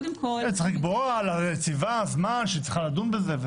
צריך לקבוע לנציבה זמן שהיא צריכה לדון בזה.